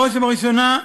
בראש ובראשונה,